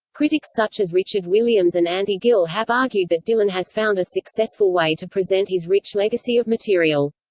critics such as richard williams and andy gill have argued that dylan has found a successful way to present his rich legacy of material.